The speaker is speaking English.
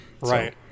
Right